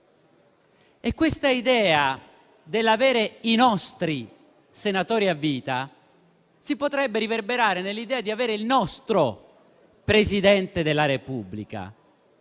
E questa idea dell'avere i nostri senatori a vita si potrebbe riverberare nell'idea di avere il nostro Presidente della Repubblica.